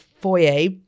foyer